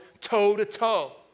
toe-to-toe